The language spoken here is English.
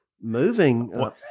moving